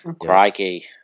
Crikey